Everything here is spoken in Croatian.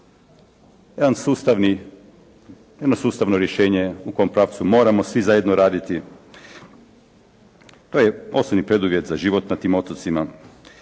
jedan sustavni, jedno sustavno rješenje u kom pravcu moramo svi skupa raditi. To je osnovni preduvjet za život na tim otocima.